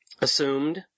assumed